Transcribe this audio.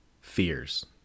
fears